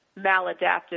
maladaptive